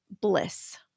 bliss